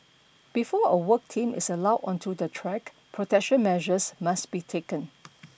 before a work team is allowed onto the track protection measures must be taken